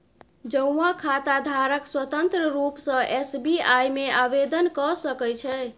जौंआँ खाताधारक स्वतंत्र रुप सँ एस.बी.आइ मे आवेदन क सकै छै